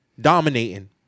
dominating